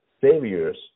saviors